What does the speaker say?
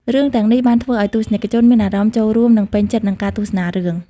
រឿងទាំងនេះបានធ្វើឲ្យទស្សនិកជនមានអារម្មណ៍ចូលរួមនិងពេញចិត្តនឹងការទស្សនារឿង។